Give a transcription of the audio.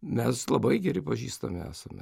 mes labai geri pažįstami esame